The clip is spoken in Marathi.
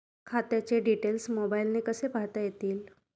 खात्याचे डिटेल्स मोबाईलने कसे पाहता येतील?